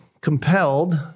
compelled